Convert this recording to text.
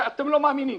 אתם לא מאמינים.